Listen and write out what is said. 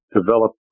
develop